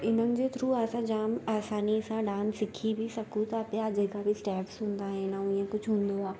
इननि जे थ्रू असां जाम आसानी सां डांस सिखी बि सघूं था पिया जेका बि स्टेप्स हूंदा आहिनि ऐं इहा कुझु हूंदो आहे